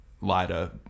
lighter